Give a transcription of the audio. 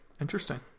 Interesting